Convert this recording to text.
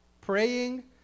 praying